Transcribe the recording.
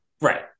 Right